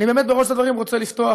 אני באמת בראש הדברים רוצה לפתוח,